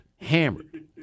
hammered